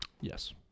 yes